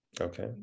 Okay